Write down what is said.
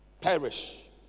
perish